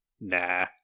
Nah